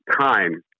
time